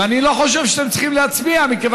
ואני לא חושב שאתם צריכים להצביע כך,